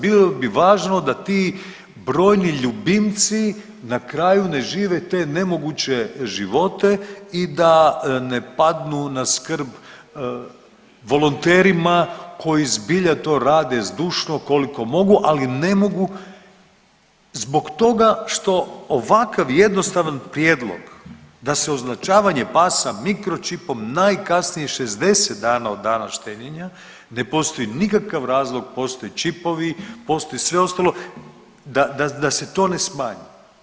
Bilo bi važno da ti brojni ljubimci na kraju ne žive te nemoguće živote i da ne padnu na skrb volonterima koji zbilja to rade zdušno koliko mogu, ali ne mogu zbog toga što ovakav jednostavan prijedlog da se označavanje pasa mikročipom najkasnije 60 dana od dana štenjenja ne postoji nikakav razlog, postoje čipovi, postoji sve ostalo da se to ne smanji.